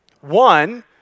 One